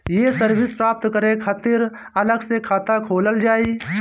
ये सर्विस प्राप्त करे के खातिर अलग से खाता खोलल जाइ?